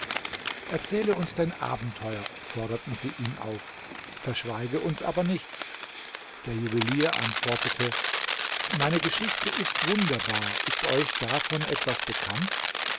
erzähle uns dein abenteuer forderten sie ihn auf verschweige uns aber nichts der juwelier antwortete meine geschichte ist wunderbar ist euch davon etwas bekannt